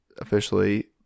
officially